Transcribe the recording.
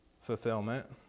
fulfillment